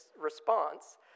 response